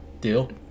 Deal